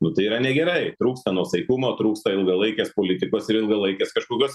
nu tai yra negerai trūksta nuosaikumo trūksta ilgalaikės politikos ir ilgalaikės kažkokios